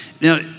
Now